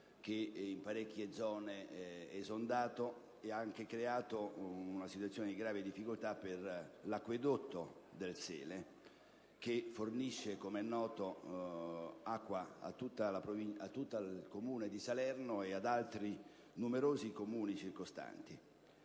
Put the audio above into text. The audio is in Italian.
che in molte zone è esondato, determinando gravi difficoltà per l'acquedotto del Sele, che fornisce, com'è noto, acqua a tutto il comune di Salerno e ad altri numerosi comuni circostanti.